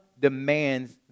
demands